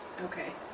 Okay